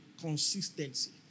Consistency